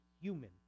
human